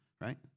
Right